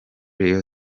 rayon